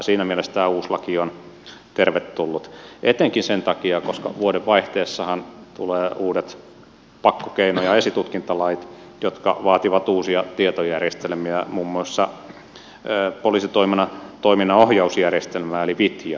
siinä mielessä tämä uusi laki on tervetullut etenkin sen takia että vuodenvaihteessahan tulevat uudet pakkokeino ja esitutkintalait jotka vaativat uusia tietojärjestelmiä muun muassa poliisitoiminnan ohjausjärjestelmää eli vitjaa